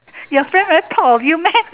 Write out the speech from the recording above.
your friend very proud of you meh